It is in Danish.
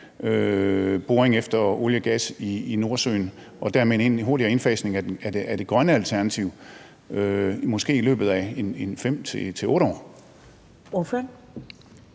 boring efter olie og gas i Nordsøen og dermed en hurtigere indfasning af det grønne alternativ, måske i løbet af 5-8 år?